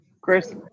Chris